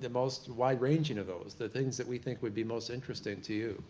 the most wide-ranging of those, the things that we think would be most interesting to you,